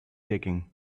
digging